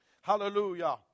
Hallelujah